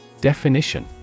Definition